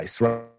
right